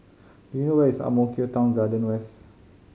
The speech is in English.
do you know where is Ang Mo Kio Town Garden West